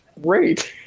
great